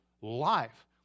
life